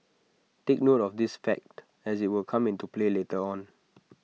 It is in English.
take note of this fact as IT will come into play later on